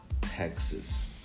Texas